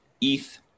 ETH